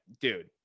Dude